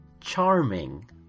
Charming